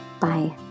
Bye